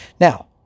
Now